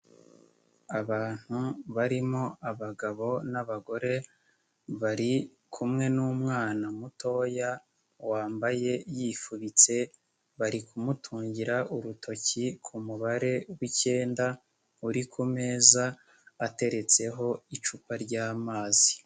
Abantu barimo abagabo n'abagore, bari kumwe n'umwana mutoya, wambaye yifubitse, bari kumutungira urutoki k'umubare w'ikenda, uri kumeza, ateretseho icupa ry'amazi.